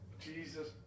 Jesus